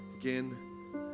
again